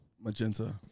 Magenta